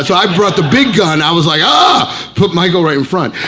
so i've brought the big gun, i was like ah put michael right in front.